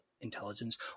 intelligence